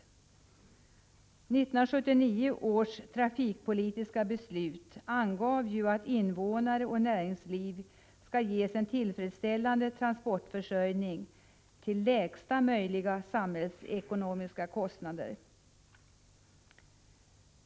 1979 års trafikpolitiska beslut angav ju att invånare och näringsliv skall ges en tillfredsställande transportförsörjning till lägsta möjliga samhällsekonomiska kostnad.